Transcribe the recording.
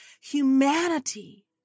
humanity